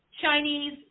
Chinese